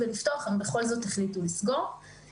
אני בכל זאת רוצה לשאול את חבר הכנסת פינדרוס.